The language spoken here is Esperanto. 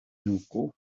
nuko